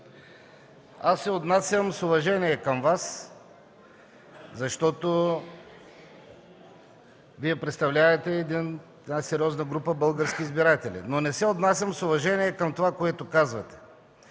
аз се отнасям с уважение към Вас, защото Вие представлявате една сериозна група български избиратели, но не се отнасям с уважение към това, което казвате,